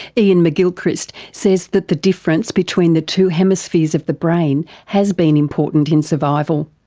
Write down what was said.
iain mcgilchrist says that the difference between the two hemispheres of the brain has been important in survival.